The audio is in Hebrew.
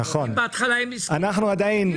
אם בהתחלה הם הסכימו, הסכימו.